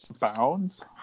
bounds